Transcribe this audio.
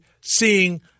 seeing